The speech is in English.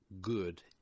good